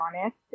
honest